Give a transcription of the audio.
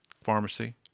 pharmacy